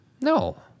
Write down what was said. No